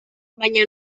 baina